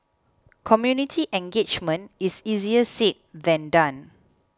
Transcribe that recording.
community engagement is easier said than done